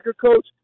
coach